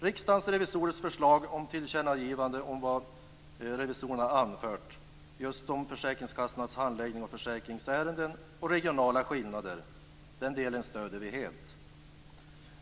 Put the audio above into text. Riksdagens revisorers förslag om tillkännagivanden om vad revisorerna anfört just om försäkringskassornas handläggning av försäkringsärenden och regionala skillnader stöder vi helt.